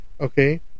okay